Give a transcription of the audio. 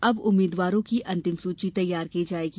अब उम्मीदवारों की अंतिम सूची तैयार की जायेगी